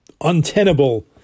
untenable